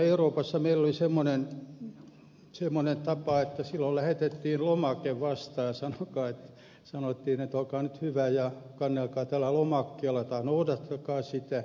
euroopassa meillä oli semmoinen tapa että silloin lähetettiin lomake vastaan ja sanottiin että olkaa nyt hyvä ja kannelkaa tällä lomakkeella tai noudattakaa sitä